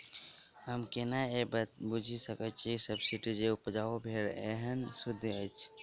हम केना ए बात बुझी सकैत छी जे सब्जी जे उपजाउ भेल एहन ओ सुद्ध अछि?